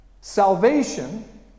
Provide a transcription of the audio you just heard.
salvation